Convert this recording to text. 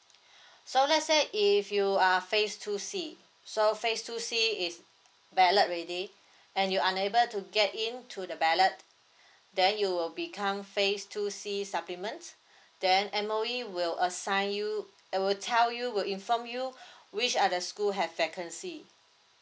so let's say if you are phase two C so phase two C is ballot already and you're unable to get in to the ballot then you will become phase two C supplements then M_O_E will assign you it will tell you will inform you which are the school have vacancy